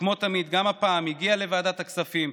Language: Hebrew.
שכמו תמיד גם הפעם הגיע לוועדת הכספים,